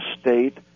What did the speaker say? state